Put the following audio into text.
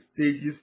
stages